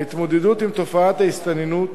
ההתמודדות עם תופעת ההסתננות,